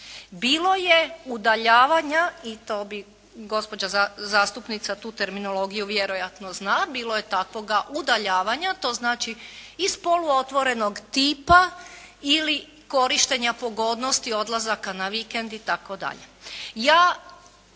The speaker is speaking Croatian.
Bilo je udaljavanja i to bi gospođa zastupnica tu terminologiju vjerojatno zna. Bilo je takvoga udaljavanja, to znači iz poluotvorenog tipa ili korištenja pogodnosti odlazaka na vikend itd. Ja